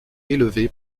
élevé